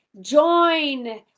join